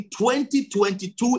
2022